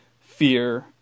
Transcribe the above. fear